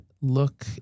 look